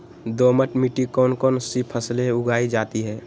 दोमट मिट्टी कौन कौन सी फसलें उगाई जाती है?